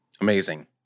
Amazing